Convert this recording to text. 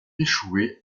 échoué